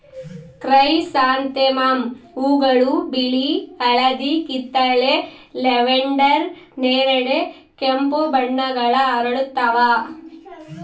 chrysanthemum ಹೂವುಗಳು ಬಿಳಿ ಹಳದಿ ಕಿತ್ತಳೆ ಲ್ಯಾವೆಂಡರ್ ನೇರಳೆ ಕೆಂಪು ಬಣ್ಣಗಳ ಅರಳುತ್ತವ